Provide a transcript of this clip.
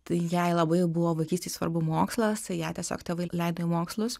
tai jai labai buvo vaikystėj svarbu mokslas tai ją tiesiog tėvai leido į mokslus